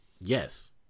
Yes